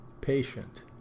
patient